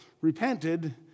repented